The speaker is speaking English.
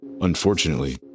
Unfortunately